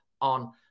on